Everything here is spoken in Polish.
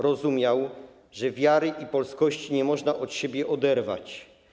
Rozumiał, że wiary i polskości nie można od siebie oderwać.